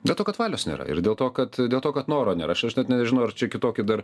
dėl to kad valios nėra ir dėl to kad dėl to kad noro nėra aš aš net nežinau ar čia kitoki dar